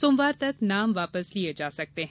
सोमवार तक नाम वापस लिए जा सकते हैं